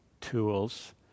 tools